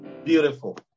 Beautiful